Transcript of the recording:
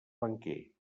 banquer